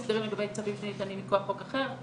לגבי צווים שניתנים עם כוח חוק אחר,